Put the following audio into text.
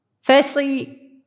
Firstly